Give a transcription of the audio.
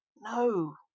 No